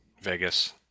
Vegas